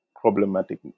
problematic